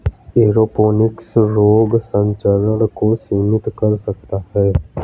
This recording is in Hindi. एरोपोनिक्स रोग संचरण को सीमित कर सकता है